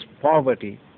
poverty